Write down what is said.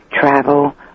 travel